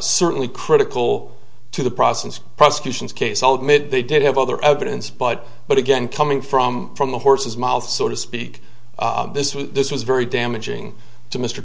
certainly critical to the process prosecution's case all admitted they did have other evidence but but again coming from from the horse's mouth so to speak this was this was very damaging to mr